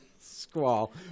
squall